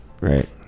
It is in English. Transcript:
Right